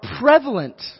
prevalent